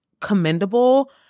commendable